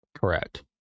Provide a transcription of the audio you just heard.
Correct